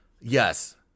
Yes